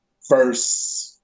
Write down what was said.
first